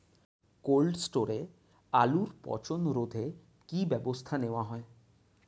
Cold স্টোরে আলুর পচন রোধে কি ব্যবস্থা নেওয়া হয়?